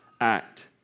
act